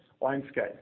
landscape